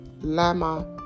lama